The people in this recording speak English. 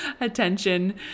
attention